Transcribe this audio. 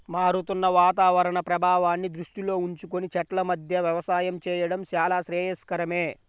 మారుతున్న వాతావరణ ప్రభావాన్ని దృష్టిలో ఉంచుకొని చెట్ల మధ్య వ్యవసాయం చేయడం చాలా శ్రేయస్కరమే